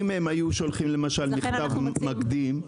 אם הם היו שולחים מכתב מקדים,